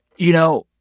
you know,